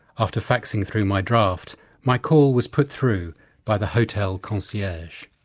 after faxing through my draft my call was put through by the hotel concierge.